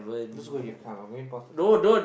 let's go I'm gonna pause the thing